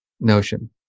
notion